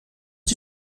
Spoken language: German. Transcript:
sie